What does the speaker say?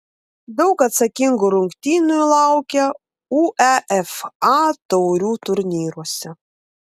daug atsakingų rungtynių laukia uefa taurių turnyruose